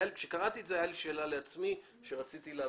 כשקראתי את זה, שאלתי את עצמי ורציתי להבין.